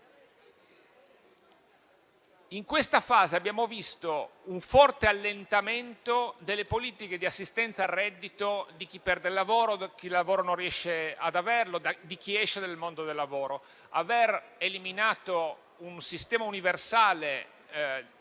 In questa fase abbiamo visto un forte allentamento delle politiche di assistenza al reddito per chi perde il lavoro, per chi il lavoro non riesce ad averlo, per chi esce dal mondo del lavoro. Aver eliminato un sistema universale